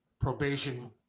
probation